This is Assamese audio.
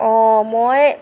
অঁ মই